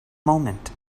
moment